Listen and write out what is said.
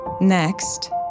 Next